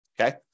okay